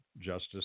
Justice